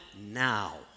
now